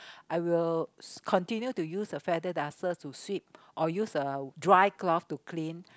I will continue to use the feather duster to sweep or use a dry to cloth to clean